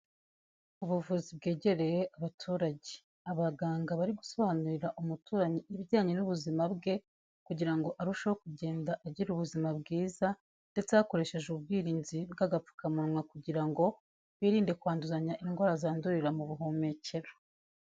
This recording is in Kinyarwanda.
Ubuvuzi bwegereye abaturage. Abaganga bari gusobanurira umuturanyi ibijyanye n'ubuzima bwe, kugira ngo arusheho kugenda agira ubuzima bwiza, ndetse hakoreshejwe ubwirinzi bw'agapfukamunwa kugira ngo birinde kwanduzanya indwara zandurira mu buhumekero.